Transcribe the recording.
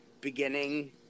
beginning